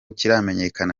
kiramenyekana